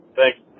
Thanks